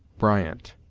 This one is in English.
bryant,